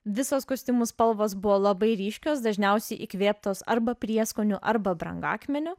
visos kostiumų spalvos buvo labai ryškios dažniausiai įkvėptos arba prieskonių arba brangakmenių